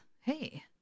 hey